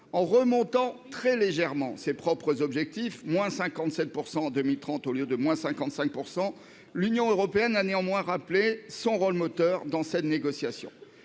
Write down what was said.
En remontant très légèrement son propre objectif, qui est de-57 % en 2030 au lieu de-55 %, l'Union européenne a néanmoins rappelé son rôle moteur dans cette négociation.